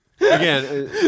again